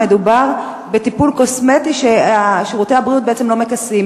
מדובר בטיפול קוסמטי ששירותי הבריאות בעצם לא מכסים.